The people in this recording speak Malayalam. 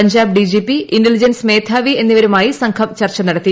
Punjab D G P intelligence മേധാവി എന്നിവരുമായി സംഘം ചർച്ച നടത്തി